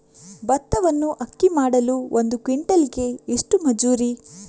ಭತ್ತವನ್ನು ಅಕ್ಕಿ ಮಾಡಲು ಒಂದು ಕ್ವಿಂಟಾಲಿಗೆ ಎಷ್ಟು ಮಜೂರಿ?